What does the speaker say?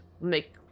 make